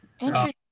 Interesting